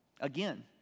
Again